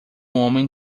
homem